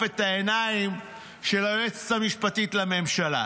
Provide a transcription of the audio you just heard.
את העיניים של היועצת המשפטית לממשלה.